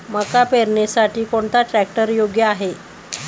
मका पेरणीसाठी कोणता ट्रॅक्टर योग्य आहे?